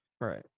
Right